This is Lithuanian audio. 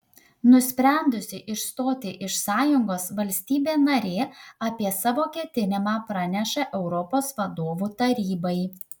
nusprendusi išstoti iš sąjungos valstybė narė apie savo ketinimą praneša europos vadovų tarybai